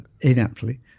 inaptly